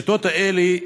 השיטות האלה,